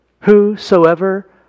Whosoever